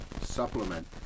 supplement